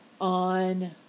on